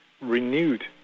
renewed